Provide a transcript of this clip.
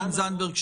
עו"ד זנדברג,